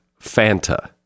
Fanta